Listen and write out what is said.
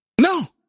No